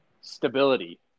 stability